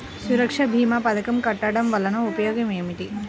సురక్ష భీమా పథకం కట్టడం వలన ఉపయోగం ఏమిటి?